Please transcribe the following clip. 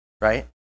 right